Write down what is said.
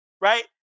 right